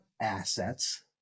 assets